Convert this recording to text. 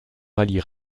rallye